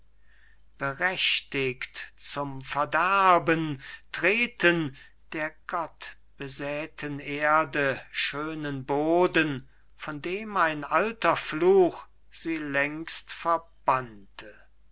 berechtigt zum verderben treten der gottbesäten erde schönen boden von dem ein alter fluch sie längst verbannte